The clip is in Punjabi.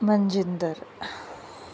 ਮਨਜਿੰਦਰ